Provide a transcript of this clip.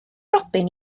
robin